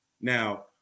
Now